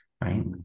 Right